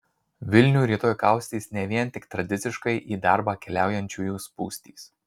vilnių rytoj kaustys ne vien tik tradiciškai į darbą keliaujančiųjų spūstys